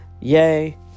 yay